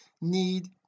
need